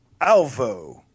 Alvo